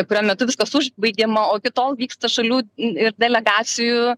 kurio metu viskas užbaigiama o iki tol vyksta šalių ir delegacijų